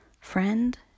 Friend